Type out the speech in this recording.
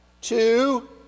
Two